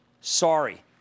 Sorry